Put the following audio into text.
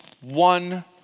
one